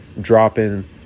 dropping –